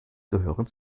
gehören